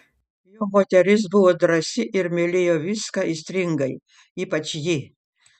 jo moteris buvo drąsi ir mylėjo viską aistringai ypač jį